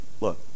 look